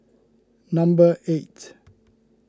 number eight